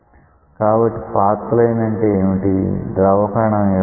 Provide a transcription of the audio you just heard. కాబట్టి path line అంటే ఏమిటి ద్రవ కణం యొక్క లోకస్